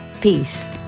peace